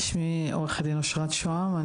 שמי עו"ד אשרת שהם,